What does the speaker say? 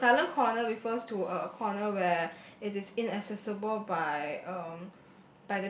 so the silent corner refers to a corner where it is inaccessible by um